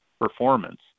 performance